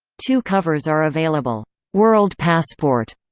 two covers are available world passport,